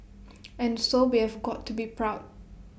and so we have got to be proud